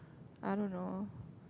I don't know